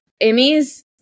Emmy's